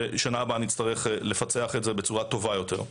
בשנה הבאה נצטרך לפצח את זה בצורה טובה יותר.